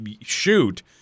shoot